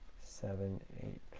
seven, eight,